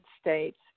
States